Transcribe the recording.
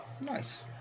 Nice